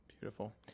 Beautiful